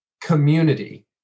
community